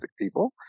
people